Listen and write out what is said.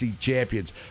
champions